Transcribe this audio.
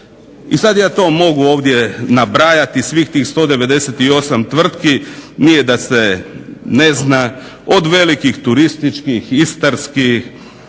I sada ja mogu ovdje nabrajati svih tih 198 tvrtki nije da se ne zna od velikih turističkih, istarskih